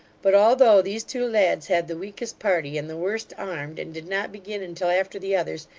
but although these two lads had the weakest party, and the worst armed, and did not begin until after the others,